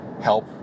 help